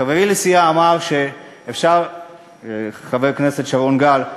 חברי לסיעה, חבר הכנסת שרון גל,